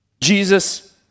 Jesus